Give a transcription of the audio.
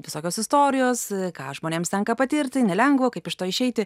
visokios istorijos ką žmonėms tenka patirti nelengvo kaip iš to išeiti